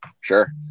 Sure